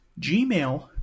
Gmail